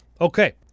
Okay